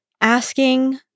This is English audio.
asking